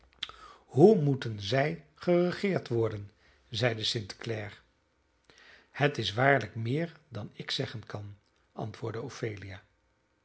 hoe moeten zij geregeerd worden zeide st clare het is waarlijk meer dan ik zeggen kan antwoordde ophelia